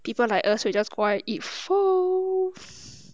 people like us we just just go out eat food